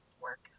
work